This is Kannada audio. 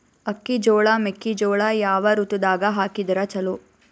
ಅಕ್ಕಿ, ಜೊಳ, ಮೆಕ್ಕಿಜೋಳ ಯಾವ ಋತುದಾಗ ಹಾಕಿದರ ಚಲೋ?